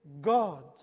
God